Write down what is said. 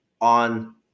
On